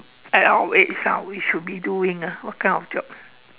at our age ah we should be doing ah what kind of jobs